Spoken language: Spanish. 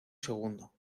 segundo